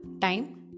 Time